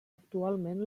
actualment